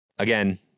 Again